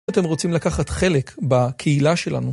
אתם רוצים לקחת חלק בקהילה שלנו?